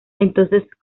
entonces